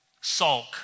sulk